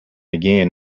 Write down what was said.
again